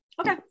Okay